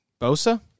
Bosa